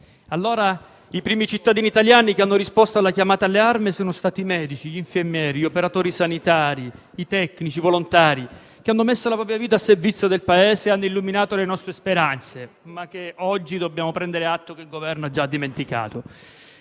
i primi cittadini italiani che hanno risposto alla chiamata alle armi sono stati i medici, gli infermieri, gli operatori sanitari, i tecnici e i volontari, che hanno messo la propria vita al servizio del Paese e hanno illuminato le nostre speranze, ma che oggi - dobbiamo prenderne atto - il Governo ha già dimenticato.